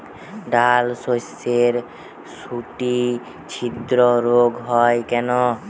ডালশস্যর শুটি ছিদ্র রোগ হয় কেন?